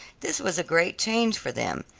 this was a great change for them,